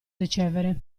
ricevere